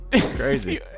Crazy